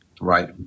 Right